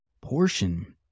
portion